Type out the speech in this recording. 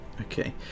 Okay